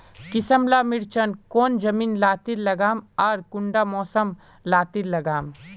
किसम ला मिर्चन कौन जमीन लात्तिर लगाम आर कुंटा मौसम लात्तिर लगाम?